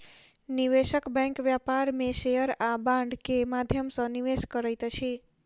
निवेशक बैंक व्यापार में शेयर आ बांड के माध्यम सॅ निवेश करैत अछि